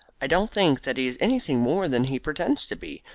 i don't think that he is anything more than he pretends to be,